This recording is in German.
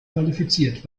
qualifiziert